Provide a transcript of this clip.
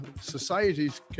societies